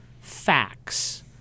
facts